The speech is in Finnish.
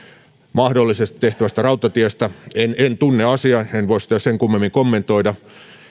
mahdollisesti tehtävästä rautatiestä en en tunne asiaa en voi sitä sen kummemmin kommentoida